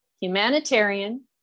humanitarian